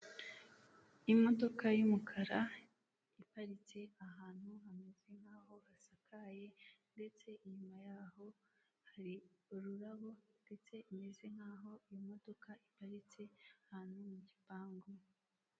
Imodoka y' umukara iparitse ahantu hameze nkaho hasakaye ndetse inyuma yaho hari ururabo ndetse bimeze nkaho imodoka iparitse ahantu mu gipangu.